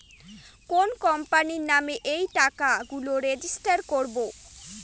কোনো কোম্পানির নামে এই টাকা গুলো রেজিস্টার করবো